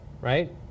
right